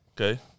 Okay